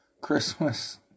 Christmas